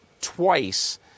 twice